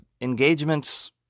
engagements